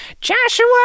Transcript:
Joshua